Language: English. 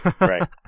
Right